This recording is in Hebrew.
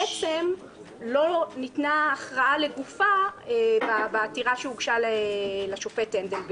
בעצם לא ניתנה הכרעה לגופה בעתירה שהוגשה לשופט הנדל בעניינו.